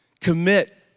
Commit